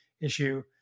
issue